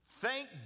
Thank